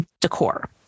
decor